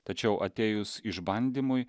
tačiau atėjus išbandymui